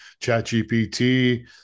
ChatGPT